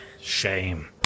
shame